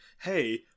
hey